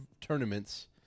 tournaments